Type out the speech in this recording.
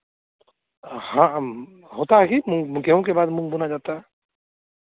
हाँ हम होता ही गेहूँ के बाद मूंग बोना जाता है